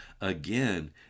again